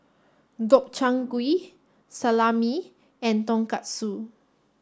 Gobchang Gui Salami and Tonkatsu